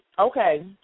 Okay